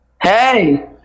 Hey